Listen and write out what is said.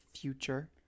Future